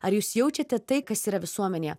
ar jūs jaučiate tai kas yra visuomenėje